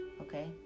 okay